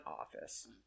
office